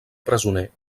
presoner